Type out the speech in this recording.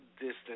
Distance